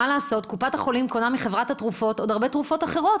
קופת החולים קונה מחברת התרופות עוד הרבה תרופות אחרות,